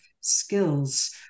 skills